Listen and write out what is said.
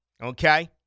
okay